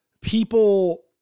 people